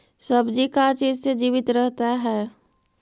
सब्जी का चीज से जीवित रहता है?